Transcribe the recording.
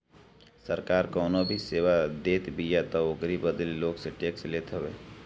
सरकार कवनो भी सेवा देतबिया तअ ओकरी बदले लोग से टेक्स लेत हवे